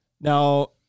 Now-